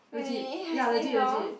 legit ya legit legit